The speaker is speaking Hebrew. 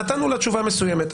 נתנו לה תשובה מסוימת.